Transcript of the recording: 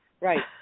right